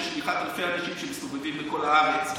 שליחת אלפי אנשים שמסתובבים בכל הארץ.